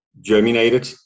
germinated